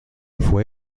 fue